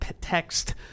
text